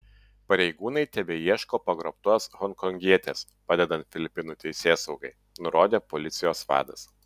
pareigūnai tebeieško pagrobtos honkongietės padedant filipinų teisėsaugai nurodė policijos vadas